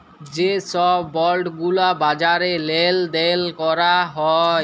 যে ছব বল্ড গুলা বাজারে লেল দেল ক্যরা হ্যয়